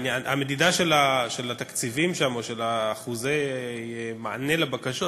המדידה של התקציבים שם או של אחוזי המענה לבקשות,